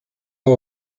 are